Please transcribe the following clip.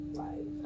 life